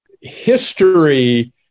history